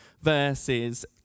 verses